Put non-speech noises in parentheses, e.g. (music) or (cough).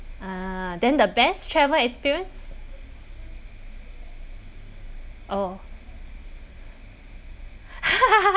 ah then the best travel experience oh (laughs)